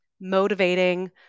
motivating